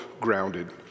grounded